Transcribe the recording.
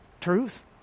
Truth